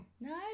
no